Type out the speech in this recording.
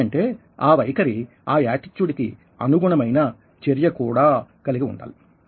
ఎందుకంటే ఆ వైఖరి ఆ ఏటిట్యూడ్ కి అనుగుణమైన చర్య కూడా వుండాలి